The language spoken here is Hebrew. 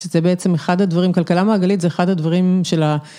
שזה בעצם אחד הדברים, כלכלה מעגלית זה אחד הדברים של ה...